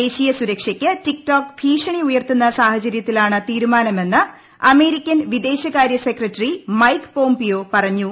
ദേശീയ സുരക്ഷക്ക് TikTok ഭീഷണി ഉയർത്തുന്ന സാഹചരൃത്തിലാണ് തീരുമാനമെന്ന് അമേരിക്കൻ വിദേശകാരൃ സെക്രട്ടറി മൈക്ക് പോംപിയോ പറഞ്ഞു